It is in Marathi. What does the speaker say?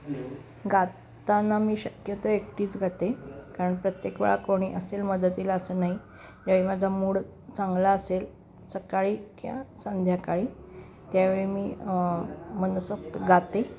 गाताना मी शक्यतो एकटीच गाते कारण प्रत्येक वेळा कोणी असेल मदतीला असं नाही ज्यावेळी माझा मूड चांगला असेल सकाळी किंवा संध्याकाळी त्यावेळी मी मनसोक्त गाते